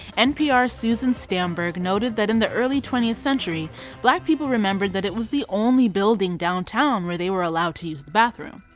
npr's susan stamberg noted that in the early twentieth century black people remembered that it was the only building downtown where they were allowed to use the bathroom.